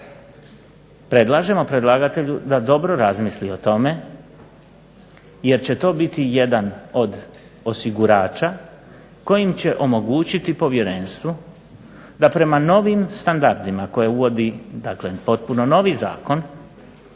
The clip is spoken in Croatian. Predlažemo predlagatelju da dobro razmisli o tome jer će to biti jedan od osigurača kojim će omogućiti povjerenstvu da prema novim standardima koje uvodi, dakle potpuno novi zakon,